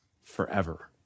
forever